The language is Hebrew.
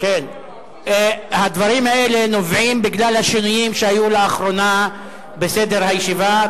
הדברים האלה נובעים מהשינויים שהיו לאחרונה בסדר הישיבה.